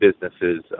businesses